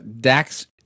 Dax